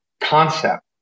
concept